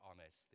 honest